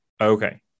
Okay